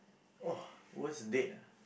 !wah! worst date ah